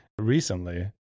recently